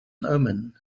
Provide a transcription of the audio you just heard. omen